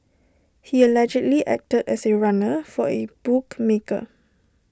he allegedly acted as A runner for A bookmaker